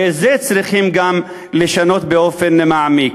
ואת זה גם צריכים לשנות באופן מעמיק,